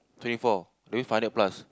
twenty four only five hundred plus